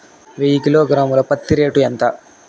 వెయ్యి కిలోగ్రాము ల పత్తి రేటు ఎంత?